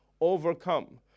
overcome